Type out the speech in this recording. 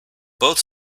both